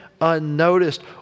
unnoticed